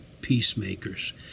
peacemakers